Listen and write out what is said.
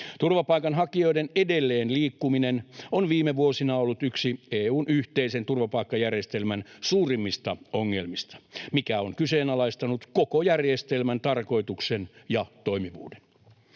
Turvapaikanhakijoiden edelleen liikkuminen on viime vuosina ollut yksi EU:n yhteisen turvapaikkajärjestelmän suurimmista ongelmista, mikä on kyseenalaistanut koko järjestelmän tarkoituksen ja toimivuuden.